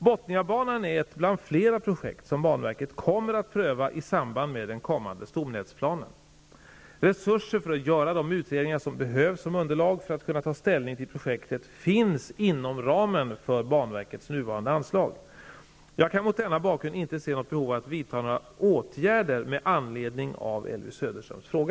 Botniabanan är ett bland flera projekt som banverket kommer att pröva i samband med den kommande stomnätsplanen. Resurser för att göra de utredningar som behövs som underlag för att kunna ta ställning till projektet finns inom ramen för banverkets nuvarande anslag. Jag kan mot denna bakgrund inte se något behov av att vidta några åtgärder med anledning av Elvy Söderströms fråga.